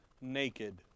naked